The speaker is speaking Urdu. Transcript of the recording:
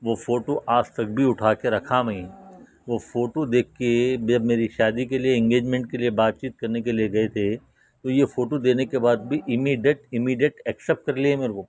وہ فوٹو آج تک بھی اٹھا کے رکھا میں وہ فوٹو دیکھ کے جب میری شادی کے لیے انگیجمینٹ کے لیے بات چیت کرنے کے لیے گئے تھے تو یہ فوٹو دینے کے بعد بھی امیڈیٹ امیڈیٹ اکسیپٹ کر لیا میرے کو